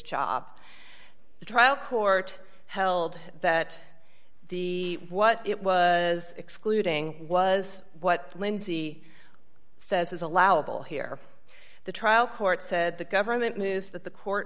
job the trial court held that the what it was excluding was what lindsey says is allowable here the trial court said the government moves that the court